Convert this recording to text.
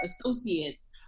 associates